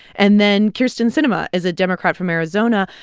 and then kyrsten sinema is a democrat from arizona.